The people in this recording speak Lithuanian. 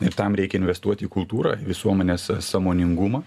ir tam reikia investuoti į kultūrą į visuomenės sąmoningumą